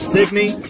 Sydney